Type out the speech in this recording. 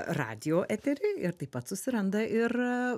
radijo eterį ir taip pat susiranda ir